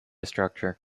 structure